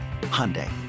Hyundai